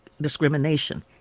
discrimination